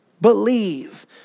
Believe